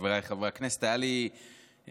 חבריי חברי הכנסת, היו לי לבטים.